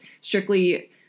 strictly